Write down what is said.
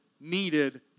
needed